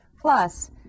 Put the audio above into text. plus